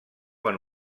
van